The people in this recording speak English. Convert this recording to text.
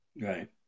Right